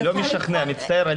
זה לא משכנע, אני מצטער.